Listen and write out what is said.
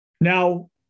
Now